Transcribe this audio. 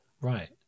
Right